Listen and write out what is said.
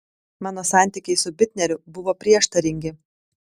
mano santykiai su bitneriu buvo prieštaringi